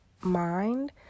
mind